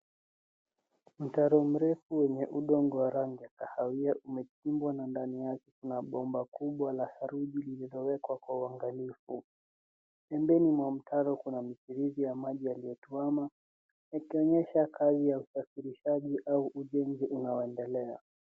Mtaro mrefu wenye udongo wa rangi ya kahawia umechimbwa na ndani yake kuna bomba kubwa la saruji lililowekwa kwa uangalifu. Pembeni mwa mtaro kuna michirizi ya maji yaliyotuama yakionyesha kazi ya usafirishaji au ujenzi unaoendelea.